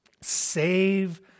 save